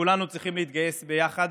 שכולנו צריכים להתגייס לה ביחד,